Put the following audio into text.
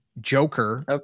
Joker